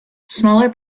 smaller